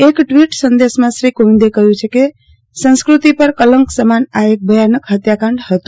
એક ટવીટ સંદેશમાં શ્રી કોવિંદે કહયું છે કે સંસ્કૃતિ પર કલંક સમાન આ એક ભયાનક હત્યાકાંડ હતો